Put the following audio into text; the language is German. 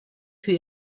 für